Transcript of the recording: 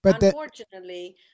Unfortunately